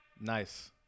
Nice